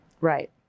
Right